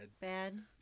Bad